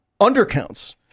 undercounts